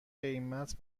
قیمت